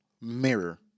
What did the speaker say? mirror